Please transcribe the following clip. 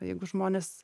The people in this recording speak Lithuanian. jeigu žmonės